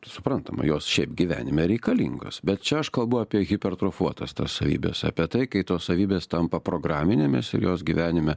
suprantama jos šiaip gyvenime reikalingos bet čia aš kalbu apie hipertrofuotas tas savybes apie tai kai tos savybės tampa programinėmis ir jos gyvenime